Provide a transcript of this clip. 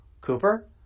Cooper